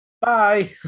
Bye